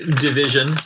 division